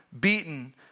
beaten